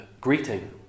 greeting